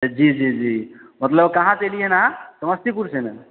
जी जी जी मतलब कहाँसँ अयलियै हन अहाँ समस्तीपुरसँ ने